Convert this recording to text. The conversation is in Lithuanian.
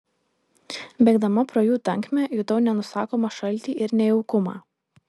bėgdama pro jų tankmę jutau nenusakomą šaltį ir nejaukumą